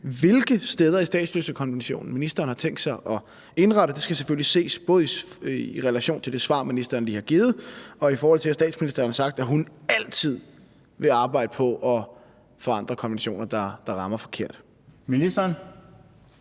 hvilke steder i statsløsekonventionen ministeren har tænkt sig at pege på? Det skal selvfølgelig ses både i relation til det svar, ministeren lige har givet, og i forhold til at statsministeren har sagt, at hun altid vil arbejde på at forandre konventioner, der rammer forkert. Kl.